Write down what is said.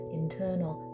internal